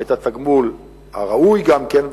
את התגמול הראוי גם כן.